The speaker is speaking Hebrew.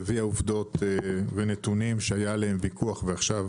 הביאה עובדות ונתונים שהיה עליהם ויכוח ועכשיו